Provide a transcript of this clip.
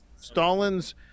Stalin's